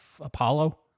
Apollo